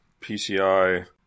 PCI